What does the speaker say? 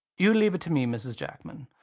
you leave it to me, mrs. jackman.